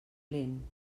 lent